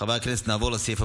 לא יכול להצביע.